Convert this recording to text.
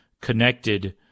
connected